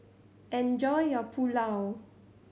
enjoy your Pulao